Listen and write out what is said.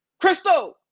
Crystal